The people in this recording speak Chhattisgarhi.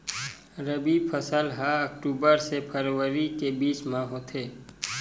रबी फसल हा अक्टूबर से फ़रवरी के बिच में होथे